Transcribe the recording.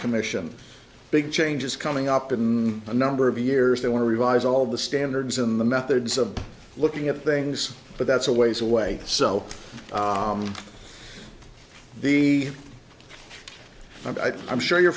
commission big changes coming up in a number of years they want to revise all the standards in the methods of looking at things but that's a ways away so the i don't i'm sure you're